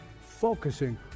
focusing